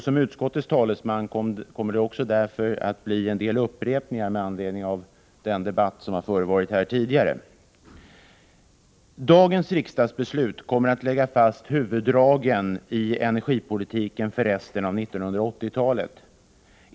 Som utskottets talesman blir jag också tvingad till en del upprepningar med anledning av den debatt som förevarit tidigare. Dagens riksdagsbeslut kommer att lägga fast huvuddragen i energipolitiken för resten av 1980-talet.